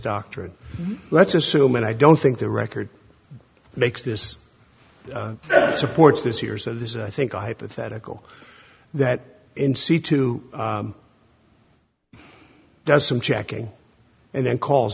doctrine let's assume and i don't think the record makes this supports this year so this is i think a hypothetical that in c two does some checking and then calls